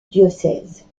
diocèse